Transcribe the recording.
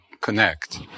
connect